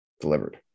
delivered